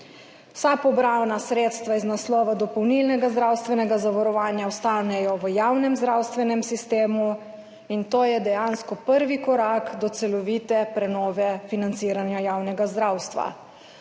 Vsa pobrana sredstva iz naslova dopolnilnega zdravstvenega zavarovanja ostanejo v javnem zdravstvenem sistemu. In to je dejansko prvi korak do celovite prenove financiranja javnega zdravstva.